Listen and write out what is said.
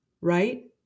Right